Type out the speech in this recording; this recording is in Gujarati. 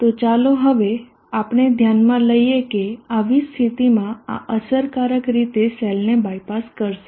તો ચાલો હવે આપણે ધ્યાનમાં લઈએ કે આવી સ્થિતિમાં આ અસરકારક રીતે સેલને બાયપાસ કરશે